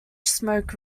smoke